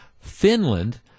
Finland